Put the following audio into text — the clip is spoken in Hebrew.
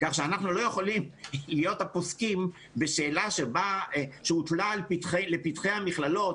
כך שאנחנו לא יכולים להיות הפוסקים בשאלה שהוטלה לפתחי המכללות,